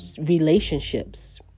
relationships